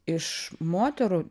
iš moterų